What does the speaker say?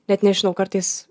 net nežinau kartais